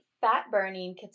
fat-burning